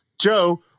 Joe